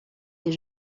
des